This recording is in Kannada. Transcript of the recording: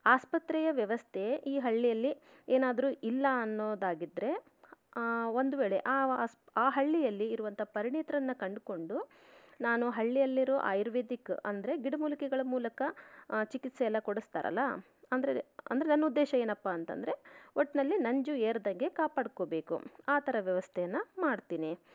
ಆಸ್ಪತ್ರೆಯ ವ್ಯವಸ್ಥೆ ಈ ಹಳ್ಳಿಯಲ್ಲಿ ಏನಾದರೂ ಇಲ್ಲ ಅನ್ನೋದಾಗಿದ್ರೆ ಒಂದು ವೇಳೆ ಆ ಹಳ್ಳಿಯಲ್ಲಿ ಇರುವಂಥ ಪರಿಣಿತರನ್ನು ಕಂಡುಕೊಂಡು ನಾನು ಹಳ್ಳಿಯಲ್ಲಿರೋ ಆಯುರ್ವೇದಿಕ್ ಅಂದರೆ ಗಿಡಮೂಲಿಕೆಗಳ ಮೂಲಕ ಚಿಕಿತ್ಸೆ ಎಲ್ಲ ಕೊಡಿಸ್ತಾರಲ್ಲ ಅಂದರೆ ಅಂದರೆ ನನ್ನ ಉದ್ದೇಶ ಏನಪ್ಪ ಅಂತಂದರೆ ಒಟ್ನಲ್ಲಿ ನಂಜು ಏರ್ದಂಗೆ ಕಾಪಾಡ್ಕೋಬೇಕು ಆ ಥರ ವ್ಯವಸ್ಥೆಯನ್ನು ಮಾಡ್ತೀನಿ